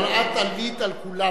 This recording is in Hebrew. אבל את עלית על כולנה,